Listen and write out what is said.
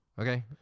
Okay